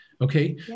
Okay